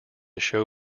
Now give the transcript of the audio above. show